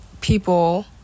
people